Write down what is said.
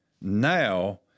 now